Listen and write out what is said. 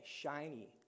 shiny